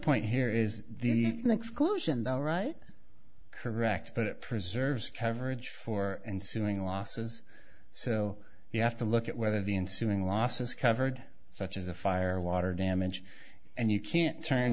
point here is the exclusion the right correct but it preserves coverage for and suing losses so you have to look at whether the ensuing loss is covered such as a fire water damage and you can't turn